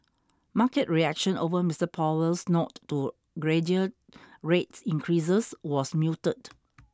market reaction over Mister Powell's nod to gradual rates increases was muted